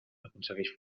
aconsegueix